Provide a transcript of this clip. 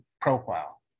profile